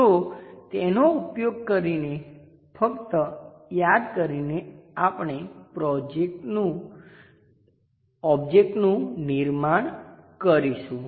તો તેનો ઉપયોગ કરીને ફક્ત યાદ કરીને આપણે ઓબ્જેક્ટનું નિર્માણ કરીશું